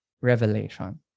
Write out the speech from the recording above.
revelation